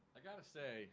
i gotta say